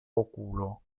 okulo